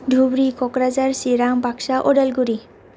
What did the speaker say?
Dhubri Kokrajhar Chirang Baksa Udalguri